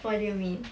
what do you mean